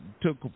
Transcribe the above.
took